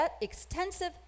extensive